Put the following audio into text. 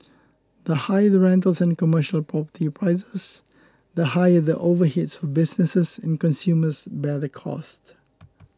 the higher the rentals and commercial property prices the higher the overheads for businesses and consumers bear the costs